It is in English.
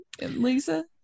Lisa